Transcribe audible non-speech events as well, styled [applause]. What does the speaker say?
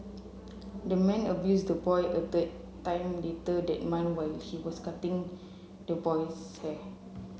the man abused the boy a third time later that [unintelligible] while he was cutting the boy's hair